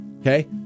okay